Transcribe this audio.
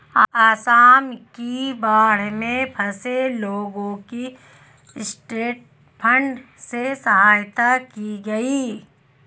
आसाम की बाढ़ में फंसे लोगों की ट्रस्ट फंड से सहायता की गई